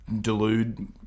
delude